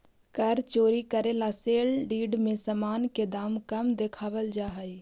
कर चोरी करे ला सेल डीड में सामान के दाम कम देखावल जा हई